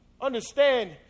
Understand